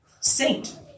saint